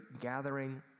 gathering